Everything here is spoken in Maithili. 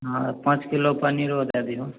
हँ पाँच किलो पनीरो दऽ दिहो